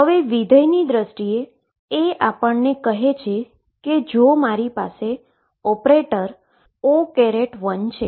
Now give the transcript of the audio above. ફંક્શનની દ્રષ્ટિએ એ આપણને કહે છે કે જો મારી પાસે ઓપરેટર O1 છે